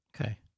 Okay